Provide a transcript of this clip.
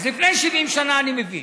אז לפני 70 שנה אני מבין.